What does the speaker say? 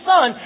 Son